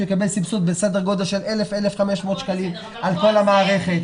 הוא יקבל סבסוד בסדר גודל של 1,500-1,000 שקלים על כל המערכת.